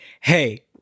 hey